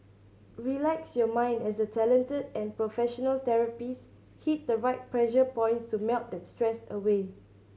relax your mind as the talented and professional therapists hit the right pressure points to melt that stress away